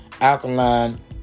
alkaline